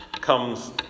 comes